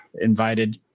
invited